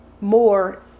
more